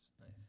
nice